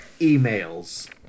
emails